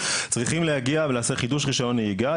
צריכים להגיע ולעשות חידוש רישיון נהיגה,